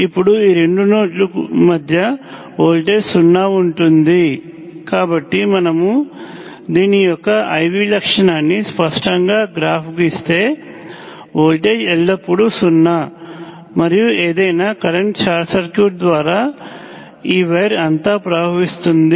ఇప్పుడు ఈ రెండు నోడ్ల మధ్య వోల్టేజ్ సున్నా ఉంటుంది కాబట్టి మనము దీని యొక్క IV లక్షణాన్ని స్పష్టంగా గ్రాఫ్ గీస్తే వోల్టేజ్ ఎల్లప్పుడూ సున్నా మరియు ఏదైనా కరెంట్ షార్ట్ సర్క్యూట్ ద్వారా ఈ వైర్ అంతా ప్రవహిస్తుంది